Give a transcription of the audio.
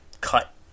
cut